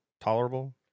tolerable